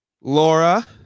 Laura